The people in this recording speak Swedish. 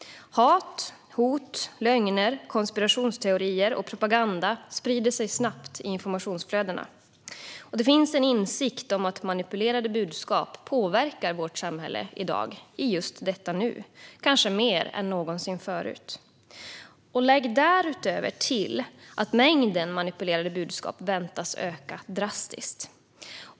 Hat, hot, lögner, konspirationsteorier och propaganda sprider sig snabbt i informationsflödena. Det finns en insikt om att manipulerade budskap påverkar vårt samhälle i dag, i just detta nu, kanske mer än någonsin förut. Lägg därutöver till att mängden manipulerade budskap väntas öka drastiskt.